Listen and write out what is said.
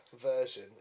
version